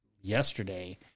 yesterday